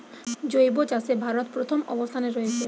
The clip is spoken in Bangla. জৈব চাষে ভারত প্রথম অবস্থানে রয়েছে